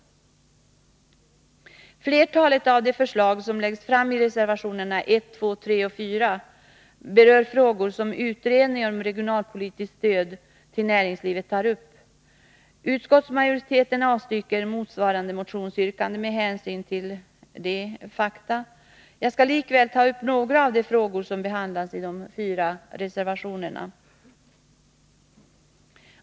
Flertalet av de förslag som läggs fram i reservationerna 1, 2, 3 och 4 berör frågor som utredningen om regionalpolitiskt stöd till näringslivet tar upp. Utskottsmajoriteten har avstyrkt motsvarande motionsyrkanden med hänvisning härtill. Jag skall likväl ta upp några av de frågor som behandlas i de här fyra reservationerna.